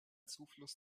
zufluss